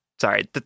sorry